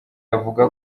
avuga